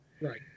Right